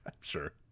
sure